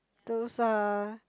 those are